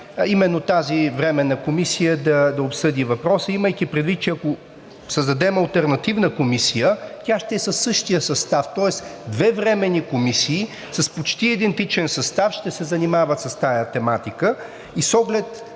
именно тази временна комисия да обсъди въпроса, имайки предвид, че ако създадем алтернативна комисия, тя ще е със същия състав. Тоест две временни комисии с почти идентичен състав ще се занимават с тази тематика. И с оглед